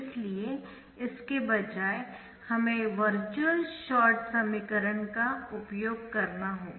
इसलिए इसके बजाय हमें वर्चुअल शॉर्ट समीकरण का उपयोग करना होगा